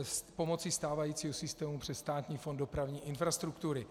Pomocí stávajícího systému přes Státní fond dopravní infrastruktury.